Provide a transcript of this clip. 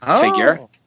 figure